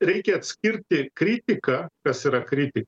reikia atskirti kritiką kas yra kritika